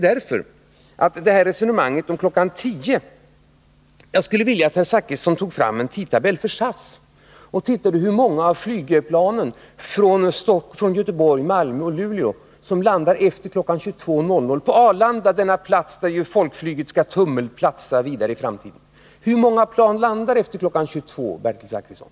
Sedan till resonemanget om kl. 22.00: Jag skulle vilja att herr Zachrisson tog fram en tidtabell för SAS och tittade efter hur många av flygplanen från Göteborg, Malmö och Luleå som landar efter kl. 22.00 på Arlanda, denna | plats som skall vara folkflygets tummelplats i framtiden. Hur många plan Nr 53 landar efter kl. 22.00, Bertil Zachrisson?